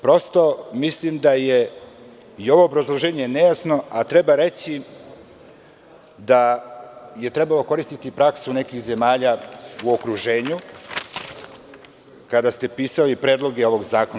Prosto, mislim da je i ovo obrazloženje nejasno, a treba reći da je trebalo koristiti praksu nekih zemalja u okruženju kada ste pisali predlog ovog zakona.